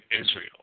Israel